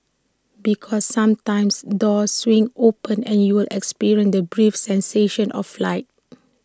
because sometimes doors swing open and you'll experience the brief sensation of flight